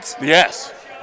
Yes